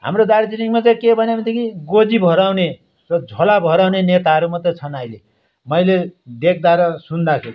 हाम्रो दार्जिलिङमा चाहिँ के भने भनेदेखि गोजी भराउने र झोला भराउने नेताहरू मात्रै छन् आइले मैले देख्दा र सुन्दाखेरि